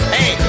Hey